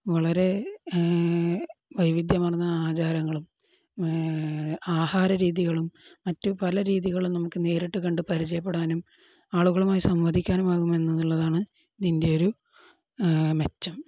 വളരെ വൈവിധ്യമാർന്ന ആചാരങ്ങളും ആഹാര രീതികളും മറ്റു പല രീതികളും നമുക്കു നേരിട്ടുകണ്ടു പരിചയപ്പെടാനും ആളുകളുമായി സംവദിക്കാനും ആകുമെന്നുള്ളതാണ് ഇതിൻ്റെ ഒരു മെച്ചം